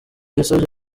yasabye